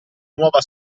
nuova